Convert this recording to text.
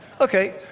okay